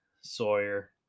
Sawyer